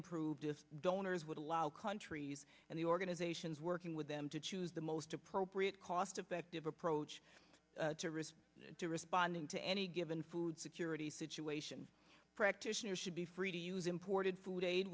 improved donors would allow countries and the organizations working with them to choose the most appropriate cost effective approach to responding to any given food security situation practitioners should be free to use imported food aid